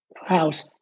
house